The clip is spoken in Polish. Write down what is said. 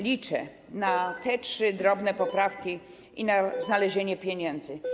Liczę na te trzy drobne poprawki i na znalezienie pieniędzy.